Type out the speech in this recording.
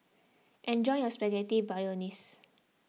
enjoy your Spaghetti Bolognese